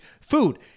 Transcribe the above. Food